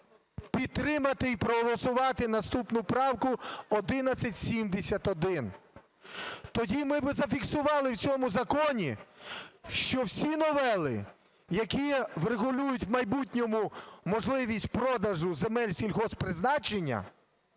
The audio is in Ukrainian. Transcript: підтримати і проголосувати наступну правку 1171. Тоді ми би зафіксували в цьому законі, що всі новели, які врегулюють в майбутньому можливість продажу земель сільгосппризначення,